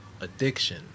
addiction